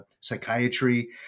Psychiatry